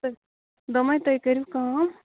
دوٚپمَے تُہۍ کٔرِو کٲم